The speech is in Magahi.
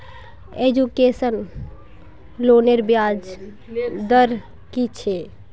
एजुकेशन लोनेर ब्याज दर कि छे?